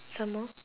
some more